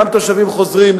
גם תושבים חוזרים,